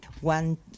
One